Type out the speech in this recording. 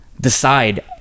decide